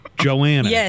Joanna